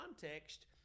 context